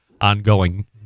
ongoing